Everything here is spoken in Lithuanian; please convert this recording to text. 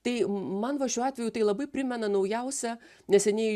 tai man va šiuo atveju tai labai primena naujausią neseniai